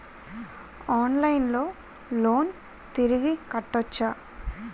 ఆన్లైన్లో లోన్ తిరిగి కట్టోచ్చా?